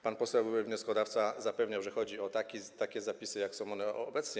Pan poseł wnioskodawca zapewniał, że chodzi o takie zapisy, jakie są obecnie.